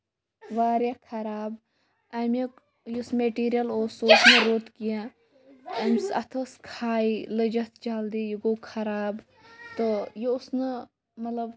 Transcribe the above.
واریاہ خراب اَمیُک یُس میٹیٖریَل اوس سُہ اوس نہٕ رُت کیٚنہہ اَمہِ سۭتۍ اَتھ ٲس کھے لٔج اَتھ جلدی یہِ گوٚو خراب تہٕ یہِ اوس نہٕ مطلب